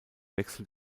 wechsel